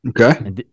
Okay